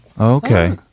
okay